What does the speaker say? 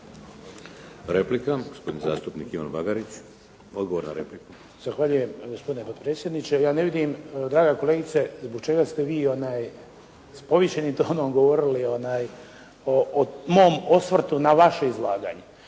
Replika, gospodin zastupnik Ivan Bagarić. Odgovor na repliku.